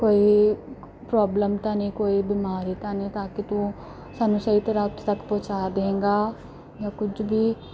ਕੋਈ ਪ੍ਰੋਬਲਮ ਤਾਂ ਨਹੀਂ ਕੋਈ ਬਿਮਾਰੀ ਤਾਂ ਨਹੀਂ ਤਾਂ ਕਿ ਤੂੰ ਸਾਨੂੰ ਸਹੀ ਤਰ੍ਹਾਂ ਉੱਥੇ ਤੱਕ ਪਹੁੰਚਾ ਦੇਂਗਾ ਜਾਂ ਕੁਝ ਵੀ